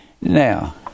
Now